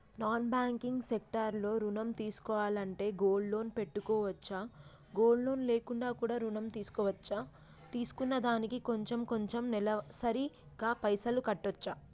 Non banking sector లో ఋణం తీసుకోవాలంటే గోల్డ్ లోన్ పెట్టుకోవచ్చా? గోల్డ్ లోన్ లేకుండా కూడా ఋణం తీసుకోవచ్చా? తీసుకున్న దానికి కొంచెం కొంచెం నెలసరి గా పైసలు కట్టొచ్చా?